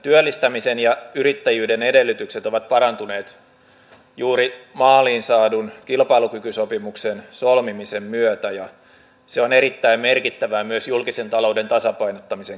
työllistämisen ja yrittäjyyden edellytykset ovat parantuneet juuri maaliin saadun kilpailukykysopimuksen solmimisen myötä ja se on erittäin merkittävää myös julkisen talouden tasapainottamisen kannalta